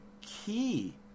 key